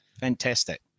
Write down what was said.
fantastic